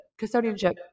custodianship